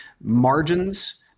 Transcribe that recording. Margins